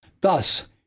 Thus